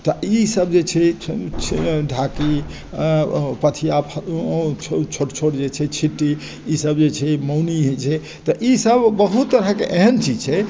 तऽ इसब जे छै ढाकी पथिया ओ छोट छोट जे छै छिट्टी ईसब जे छै मौनी होइ छै तऽ ईसब बहुत तरहके एहन चीज छै